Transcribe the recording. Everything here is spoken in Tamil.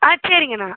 ஆ சரிங்கண்ணா